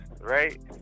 right